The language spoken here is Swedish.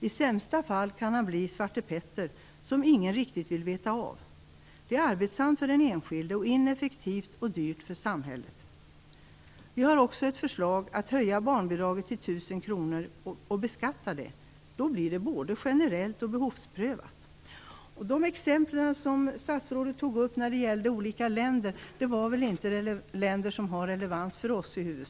I sämsta fall kan han bli Svarte Petter som ingen riktigt vill veta av. Det är arbetsamt för den enskilde och ineffektivt och dyrt för samhället. Vi har också ett förslag om att höja barnbidraget till 1 000 kr och beskatta det. Då blir det både generellt och behovsprövat. De exempel på olika länder som statsrådet tog upp tycker jag inte har någon större relevans för oss.